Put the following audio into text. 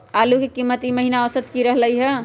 आलू के कीमत ई महिना औसत की रहलई ह?